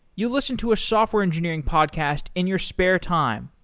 you listen to a software engineering podcast in your spare time,